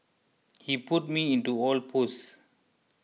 he put me into all posts